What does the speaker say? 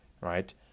right